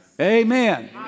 Amen